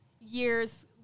years